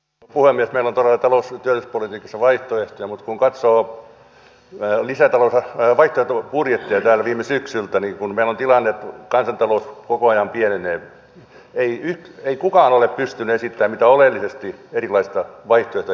meillä on todella talous ja työllisyyspolitiikassa vaihtoehtoja mutta kun katsoo vaihtoehtobudjetteja täällä viime syksyltä niin kun meillä on tilanne että kansantalous koko ajan pienenee niin ei kukaan ole pystynyt esittämään mitään oleellisesti erilaista vaihtoehtoa julkistaloudelle